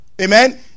Amen